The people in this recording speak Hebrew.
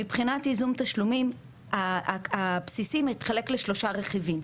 מבחינת ייזום תשלומים הבסיסי מתחלק לשלושה רכיבים,